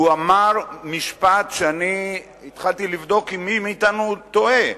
הוא אמר משפט שאני התחלתי לבדוק אם מי מאתנו טועה: